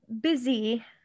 busy